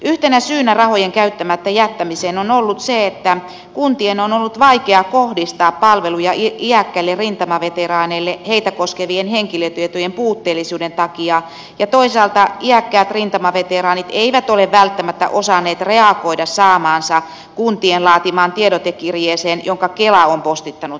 yhtenä syynä rahojen käyttämättä jättämiseen on ollut se että kuntien on ollut vaikea kohdistaa palveluja iäkkäille rintamaveteraaneille heitä koskevien henkilötietojen puutteellisuuden takia ja toisaalta iäkkäät rintamaveteraanit eivät ole välttämättä osanneet reagoida saamaansa kuntien laatimaan tiedotekirjeeseen jonka kela on postittanut heille